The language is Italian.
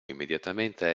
immediatamente